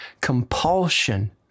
compulsion